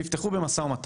שתפתחו במו"מ.